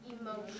emotion